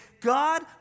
God